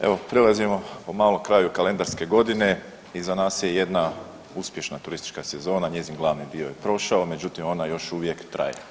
Evo prilazimo po malo kraju kalendarske godine, iza nas je jedna uspješna turistička sezona, njezin glavni dio je prošao, međutim ona još uvijek traje.